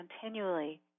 continually